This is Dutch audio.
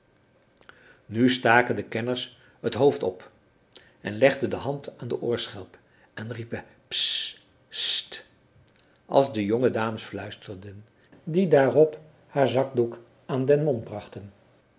nu staken de kenners het hoofd op en legden de hand aan de oorschelp en riepen ssss sst als de jonge dames fluisterden die daarop haar zakdoek aan den mond brachten